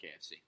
KFC